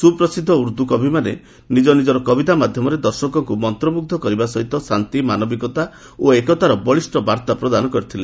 ସୁପ୍ରସିଦ୍ଧ ଊର୍ଦ୍ଦୁ କବିମାନେ ନିଜ ନିଜର କବିତା ମାଧ୍ୟମରେ ଦର୍ଶକଙ୍କୁ ମନ୍ତମୁଗ୍ର କରିବା ସହିତ ଶାନ୍ତି ମାନବିକତା ଓ ଏକତାର ବଳିଷ୍ଠ ବାର୍ତ୍ତା ପ୍ରଦାନ କରିଥିଲେ